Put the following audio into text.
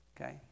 Okay